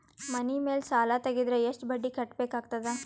ಮನಿ ಮೇಲ್ ಸಾಲ ತೆಗೆದರ ಎಷ್ಟ ಬಡ್ಡಿ ಕಟ್ಟಬೇಕಾಗತದ?